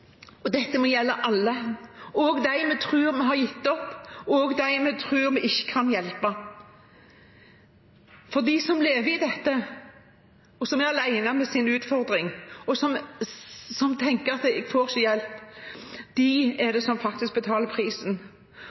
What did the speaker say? Dette må gjelde alle, også dem vi tror vi har gitt opp, og dem vi tror vi ikke kan hjelpe, for det er de som lever i dette, som er alene med sin utfordring, og som tenker at de ikke får hjelp, som faktisk betaler prisen.